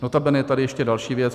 Notabene je tady ještě další věc.